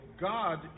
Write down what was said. God